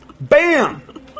Bam